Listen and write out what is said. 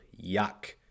Yuck